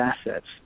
assets